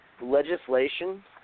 Legislation